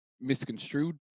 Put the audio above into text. misconstrued